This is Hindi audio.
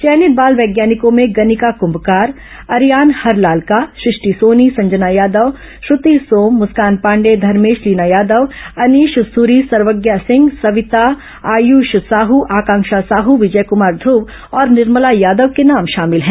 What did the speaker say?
चयनित बाल वैज्ञानिकों में गनिका कुंभकार अर्यान हरलालका सृष्टि सोनी संजना यादव श्रृति सोम मुस्कान पांडेय धर्मेश लीना यादव अनीश सूरी सर्वज्ञा सिंह सविता आयुष साहू आकांक्षा साहू विजय कुमार ध्रुव और निर्मला यादव के नाम शामिल हैं